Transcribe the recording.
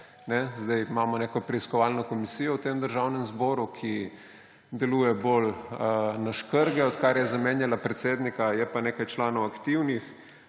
Zdaj imamo neko preiskovalno komisijo v Državnem zboru, ki deluje bolj na škrge, odkar je zamenjala predsednika, je pa nekaj članov aktivnih.